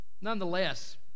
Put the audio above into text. Nonetheless